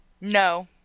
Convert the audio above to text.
No